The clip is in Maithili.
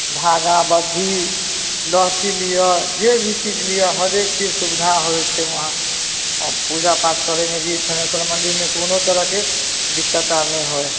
धागा बद्धी लहठी लिअऽ जे भी चीज लिअऽ हरेक चीज सुविधा होइ छै वहाँ पूजा पाठ करैमे भी थनेश्वर मन्दिरमे कोनो तरहके दिक्कत आब नहि होइ